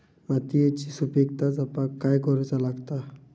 मातीयेची सुपीकता जपाक काय करूचा लागता?